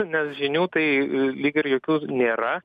nes žinių tai lyg ir jokių nėra